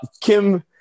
kim